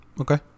okay